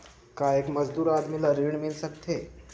का एक मजदूर आदमी ल ऋण मिल सकथे?